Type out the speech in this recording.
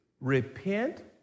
Repent